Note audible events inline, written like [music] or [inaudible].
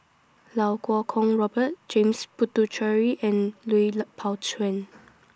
Lau Kuo Kwong Robert James Puthucheary and Lui [unintelligible] Pao Chuen [noise]